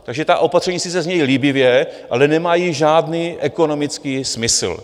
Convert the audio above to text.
Takže ta opatření sice znějí líbivě, ale nemají žádný ekonomický smysl.